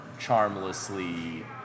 charmlessly